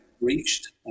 reached